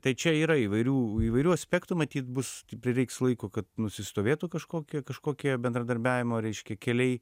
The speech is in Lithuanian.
tai čia yra įvairių įvairių aspektų matyt bus prireiks laiko kad nusistovėtų kažkokie kažkokie bendradarbiavimo reiškia keliai